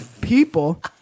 people